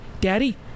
Daddy